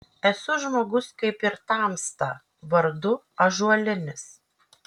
esu žmogus kaip ir tamsta vardu ąžuolinis